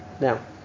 Now